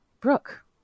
Brooke